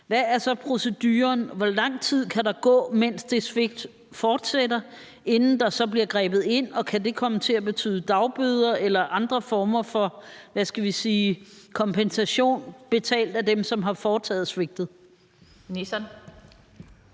hvad er så proceduren? Hvor lang tid kan der gå, mens det svigt fortsætter, inden der bliver grebet ind, og kan det komme til at betyde dagbøder eller andre former for kompensation betalt af dem, som har begået svigtet? Kl.